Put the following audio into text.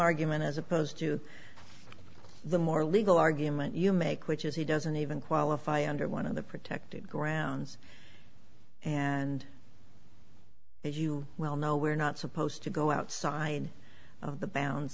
argument as opposed to the more legal argument you make which is he doesn't even qualify under one of the protective grounds and well know we're not supposed to go outside the bounds